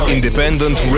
Independent